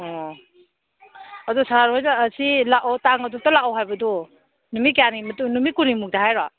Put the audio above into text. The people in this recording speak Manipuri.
ꯑꯣ ꯑꯗꯣ ꯁꯥꯔ ꯍꯣꯏꯅ ꯑꯁꯤ ꯂꯥꯛꯑꯣ ꯇꯥꯡ ꯑꯗꯨꯛꯇ ꯂꯥꯛꯑꯣ ꯍꯥꯏꯕꯗꯣ ꯅꯨꯃꯤꯠ ꯀꯌꯥꯅꯤ ꯃꯇꯨꯡ ꯅꯨꯃꯤꯠ ꯀꯨꯟꯅꯤ ꯃꯨꯛꯇ ꯍꯥꯏꯔꯣ